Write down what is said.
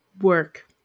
work